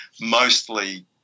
mostly